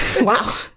Wow